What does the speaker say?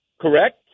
Correct